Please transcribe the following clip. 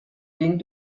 den